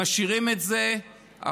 משאירים את זה,